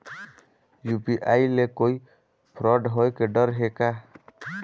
UPI ले कोई fraud होए के डर हे का?